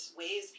ways